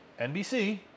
NBC